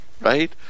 right